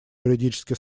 юридически